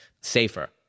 safer